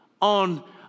on